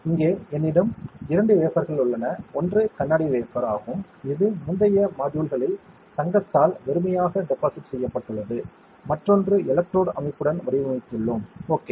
இங்கே என்னிடம் இரண்டு வேஃபர்கள் உள்ளன ஒன்று கண்ணாடி வேஃபர் ஆகும் இது முந்தைய மாட்யூல்களில் தங்கத்தால் வெறுமையாக டெபாசிட் செய்யப்பட்டுள்ளது மற்றொன்று எலெக்ட்ரோடு அமைப்புடன் வடிவமைத்துள்ளோம் ஓகே